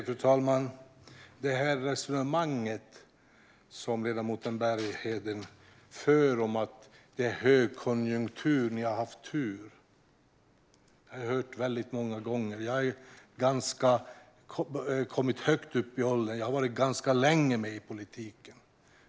Fru talman! Ledamoten Berghedens resonemang om att det är högkonjunktur och att vi har haft tur har jag hört väldigt många gånger. Jag har kommit högt upp i åldern och har varit med ganska länge i politiken.